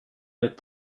let